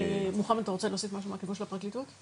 מוחמד אתה רוצה להוסיף משהו מהכיוון של הפרקליטות?